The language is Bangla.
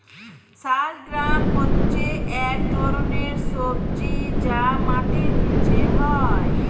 শালগ্রাম হচ্ছে এক ধরনের সবজি যা মাটির নিচে হয়